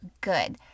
good